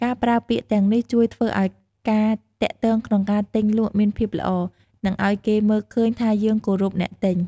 ការប្រើពាក្យទាំងនេះជួយធ្វើឲ្យការទាក់ទងក្នុងការទិញលក់មានភាពល្អ និងអោយគេមើលឃើញថាយើងគោរពអ្នកទិញ។